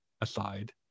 aside